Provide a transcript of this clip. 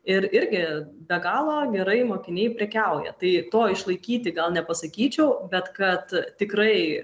ir irgi be galo gerai mokiniai prekiauja tai to išlaikyti gal nepasakyčiau bet kad tikrai